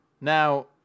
Now